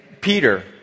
Peter